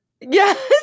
yes